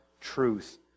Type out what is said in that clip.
truth